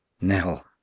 Nell